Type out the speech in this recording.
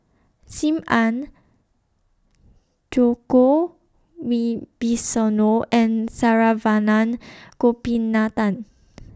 SIM Ann Djoko Wibisono and Saravanan Gopinathan